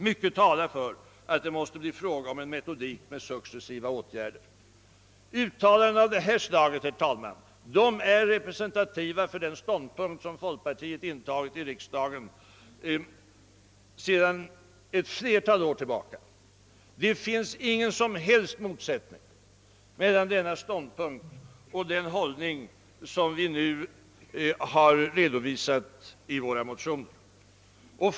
Mycket talar för att det mäste bli fråga om en metodik med successiva åtgärder.» Uttalanden av detta slag, herr talman, är representativa för den ståndpunkt som folkpartiet intagit i frågan sedan ett flertal år tillbaka. Det finns ingen som helst motsättning meilan denna ståndpunkt och den hållning som vi nu har redovisat i våra motioner.